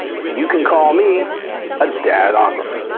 you can call me a dadographer.